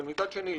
אבל מצד שני,